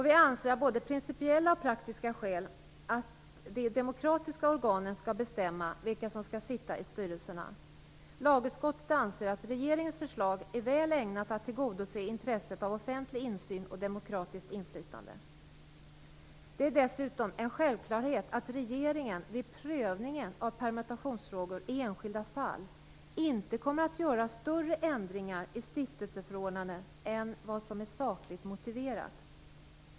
Vi anser av både principiella och praktiska skäl att de demokratiska organen skall bestämma vilka som skall sitta i styrelserna. Lagutskottet anser att regeringens förslag är väl ägnat att tillgodose intresset av offentlig insyn och demokratiskt inflytande. Det är dessutom en självklarhet att regeringen vid prövningen av permutationsfrågor i enskilda fall inte kommer att göra större ändringar i stiftelseförordnandena än vad som är sakligt motiverat.